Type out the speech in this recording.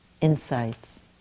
insights